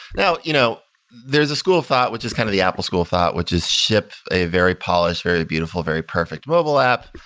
now you know there's a school of thought, which is kind of the apple school thought, which is ship a very polished, very beautiful, very perfect mobile app.